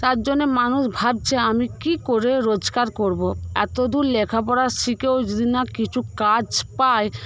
তার জন্যে মানুষ ভাবছে আমি কি করে রোজগার করবো এত দূর লেখাপড়া শিখে যদি না কিছু কাজ পাই